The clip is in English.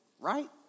right